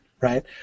right